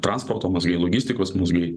transporto mazgai logistikos mazgai